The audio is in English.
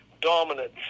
dominant